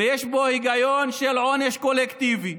ויש בו היגיון של עונש קולקטיבי,